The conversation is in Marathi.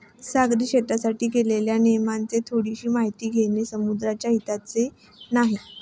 सागरी शेतीसाठी केलेल्या नियमांची थोडीशी माहिती घेणे समुद्राच्या हिताचे नाही